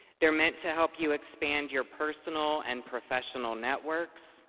they're meant to help you expand your personal and professional networks.